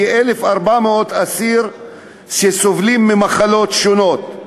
כ-1,400 אסירים סובלים ממחלות שונות.